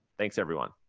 thanks everyone.